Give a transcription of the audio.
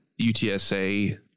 UTSA